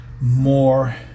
more